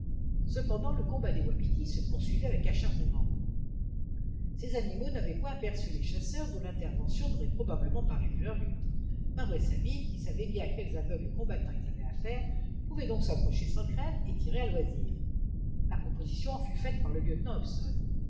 cependant le combat des wapitis se poursuivait avec acharnement ces animaux n'avaient point aperçu les chasseurs dont l'intervention n'aurait probablement pas arrêté leur lutte marbre et sabine qui savaient bien à quels aveugles combattants ils avaient affaire pouvaient donc s'approcher sans crainte et tirer à loisir la proposition en fut faite par le lieutenant